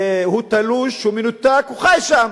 הוא תלוש, הוא מנותק, הוא חי שם,